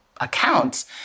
accounts